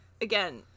again